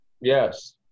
Yes